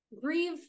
grieve